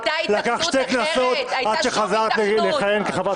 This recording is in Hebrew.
לקח שתי כנסות עד שחזרת לכהן כחברת כנסת.